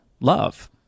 love